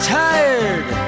tired